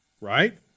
right